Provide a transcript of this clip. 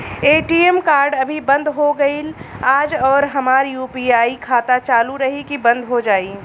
ATM card अभी बंद हो गईल आज और हमार यू.पी.आई खाता चालू रही की बन्द हो जाई?